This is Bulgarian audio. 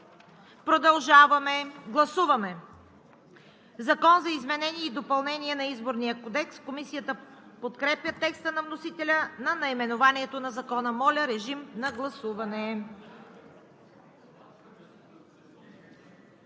Продължаваме. Гласуваме „Закон за изменение и допълнение на Изборния кодекс“. Комисията подкрепя текста на вносителя за наименованието на Закона. Гласували105